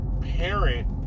parent